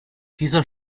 dieser